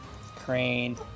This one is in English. Crane